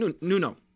Nuno